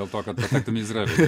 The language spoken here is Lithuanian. dėl to kad patektum į izraelį